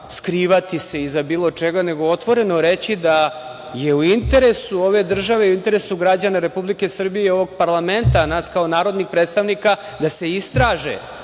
skrivati se iza bilo čega, nego otvoreno reći da je u interesu ove države i u interesu građana Republike Srbije i ovog parlamenta, nas kao narodnih predstavnika, da se istraže